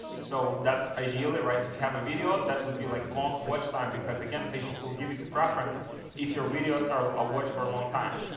so that's ideal ah right if you have a video that would be a like long watch time because again, facebook will give you the preference if your videos are watched for a long time.